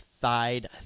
Side